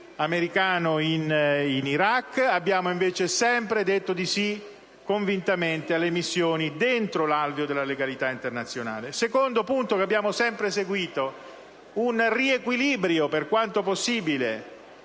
americano in Iraq; abbiamo invece sempre detto di sì convintamente alle missioni all'interno dell'alveo della legalità internazionale. Il secondo punto che abbiamo sempre seguito è quello di un riequilibrio, per quanto possibile,